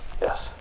yes